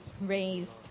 raised